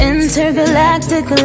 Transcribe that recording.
Intergalactic